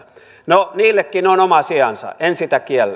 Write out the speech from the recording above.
no niillekin on oma sijansa en sitä kiellä